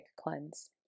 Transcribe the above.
cleanse